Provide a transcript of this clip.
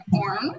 orange